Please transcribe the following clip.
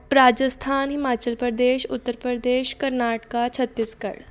Rajasthan Himachal Pradesh Uttar Pradesh Karnataka Chhattisgarh